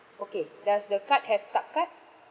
okay does the card has sup card